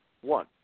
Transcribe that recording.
one